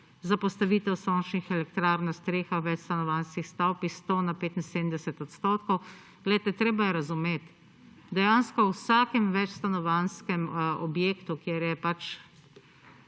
za postavitev sončnih elektrarn na streho večstanovanjskih stavb iz 100 na 75 odstotkov. Treba je razumeti. Dejansko v vsakem večstanovanjskem objekt, kjer je pač